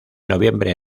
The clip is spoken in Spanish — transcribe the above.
noviembre